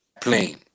plane